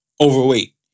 overweight